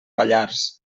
pallars